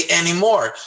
anymore